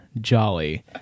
Jolly